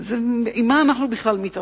בכלל עם מה אנחנו מתעסקים